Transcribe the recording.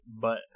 But-